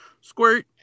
squirt